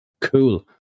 cool